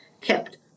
kept